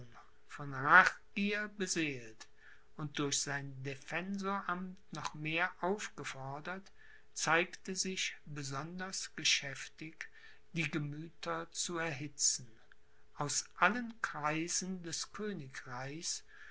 von rachgier beseelt und durch sein defensoramt noch mehr aufgefordert zeigte sich besonders geschäftig die gemüther zu erhitzen aus allen kreisen des königreichs